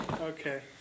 Okay